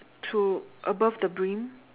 to above the brim